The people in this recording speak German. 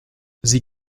sie